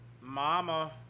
Mama